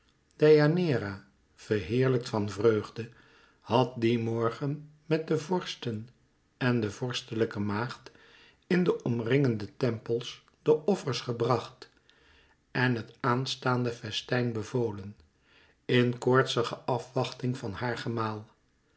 deianeira verheerlijkt van vreugde had dien morgen met de vorsten en de vorstelijke maagd in de omringende tempels de offers gebracht en het aanstaand festijn bevolen in koortsige afwachting van haar